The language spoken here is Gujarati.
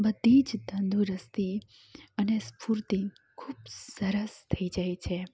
બધી જ તંદુરસ્તી અને સ્ફૂર્તિ ખૂબ સરસ થઈ જાય છે